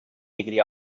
degree